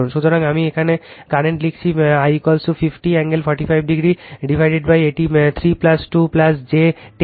সুতরাং আমি এখানে বর্তমান লিখছি বর্তমান I 50 কোণ 45 ডিগ্রী বিভক্তএটি 3 2 j 10